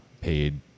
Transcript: paid